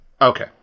Okay